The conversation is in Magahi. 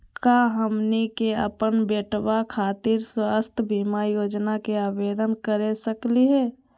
का हमनी के अपन बेटवा खातिर स्वास्थ्य बीमा योजना के आवेदन करे सकली हे?